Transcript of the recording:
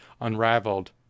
unraveled